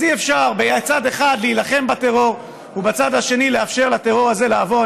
אז אי-אפשר בצד אחד להילחם בטרור ובצד השני לאפשר לטרור הזה לעבור.